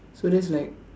so that's like